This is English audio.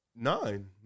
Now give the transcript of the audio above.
nine